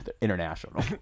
International